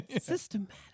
systematic